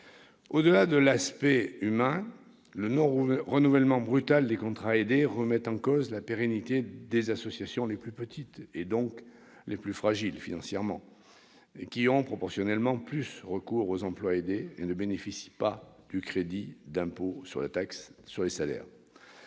Au-delà de cet aspect humain, le non-renouvellement brutal des contrats aidés remet en cause la pérennité des associations les plus petites et donc les plus fragiles financièrement, qui ont proportionnellement plus recours aux emplois aidés et ne bénéficient pas du crédit d'impôt sur la taxe sur les salaires.